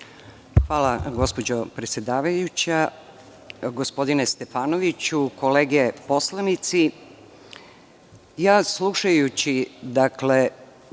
Hvala, gospođo predsedavajuća. Gospodine Stefanoviću, kolege poslanici, slušajući